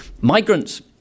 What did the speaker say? migrants